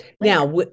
Now